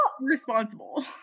responsible